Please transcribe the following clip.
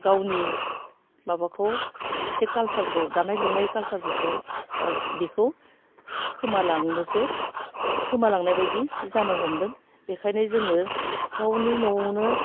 गावनि माबाखौ एसे कालसारखौ दानाय लुनाय कालसारफोरखौ बा बेखौ खोमालांनोसो गोमालांनाय बायदि जानो हमदों बेखायनो जोङो गावनि न'वावनो